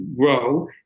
grow